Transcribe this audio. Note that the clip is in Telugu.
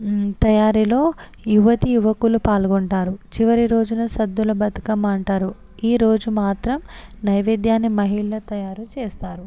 తయారీలో యువతీయువకులు పాల్గొంటారు చివరిరోజును సద్దుల బతుకమ్మ అంటారు ఈరోజు మాత్రం నైవేద్యాన్ని మహిళ తయారు చేస్తారు